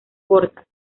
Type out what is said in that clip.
cortas